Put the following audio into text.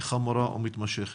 חמורה ומתמשכת.